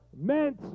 meant